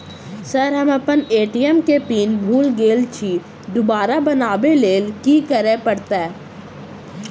Sir हम अप्पन ATM केँ पिन भूल गेल छी दोबारा बनाबै लेल की करऽ परतै?